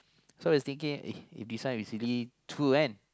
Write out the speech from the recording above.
so I thinking uh this one is really true one